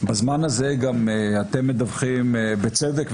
בזמן הזה אתם מדווחים - בצדק,